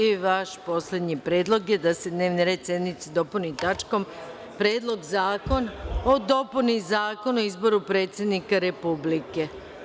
I vaš poslednji predlog je da se dnevni red sednice dopuni tačkom – Predlog zakona o dopuni Zakona o izboru predsednika Republike.